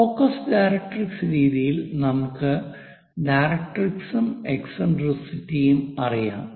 focus directrix രീതിയിൽ നമുക്ക് ഡയറക്ട്രിക്സും എസ്സെൻട്രിസിറ്റിയും അറിയാം